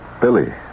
Billy